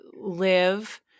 live